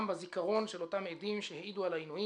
בזיכרון של אותם עדים שהעידו על העינויים,